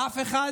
ואף אחד